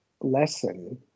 lesson